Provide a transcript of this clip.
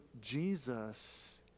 Jesus